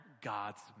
God's